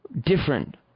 different